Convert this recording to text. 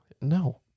No